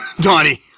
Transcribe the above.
Donnie